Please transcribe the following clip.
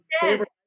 Favorite